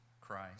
Christ